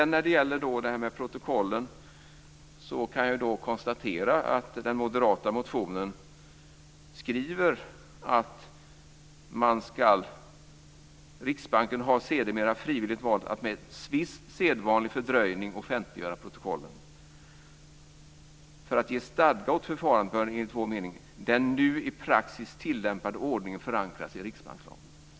När det gäller detta med protokollen kan jag konstatera att det i den moderata motionen står: "Riksbanken har sedermera frivilligt valt att - med viss sedvanlig fördröjning - offentliggöra protokollen -." Vidare står det: "För att ge stadga åt förfarande bör enligt vår mening den nu i praxis tillämpade ordningen förankras i riksbankslagen."